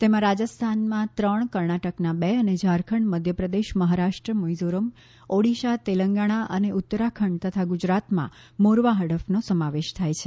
તેમાં રાજસ્થાનમાં ત્રણ કર્ણાટકના બે અને ઝારખંડ મધ્યપ્રદેશ મહારાષ્ટ્ર મિઝોરમ ઓડિશા તેલંગાણા અને ઉત્તરાખંડ તથા ગુજરાતમાં મોરવા હડફનો સમાવેશ થાય છે